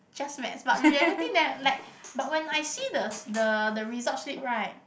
just maths but reality ne~ like but when I see the the the results slip right